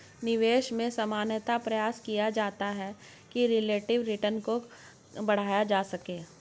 निवेश में सामान्यतया प्रयास किया जाता है कि रिलेटिव रिटर्न को बढ़ाया जा सके